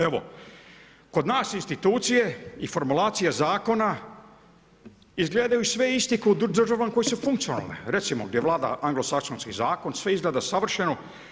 Evo kod nas institucije i formulacije zakona izgledaju sve isti kao u državama koje su funkcionalne, recimo gdje vlada anglosaksonski zakon, sve izgleda savršeno.